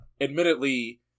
admittedly